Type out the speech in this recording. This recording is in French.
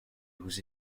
aux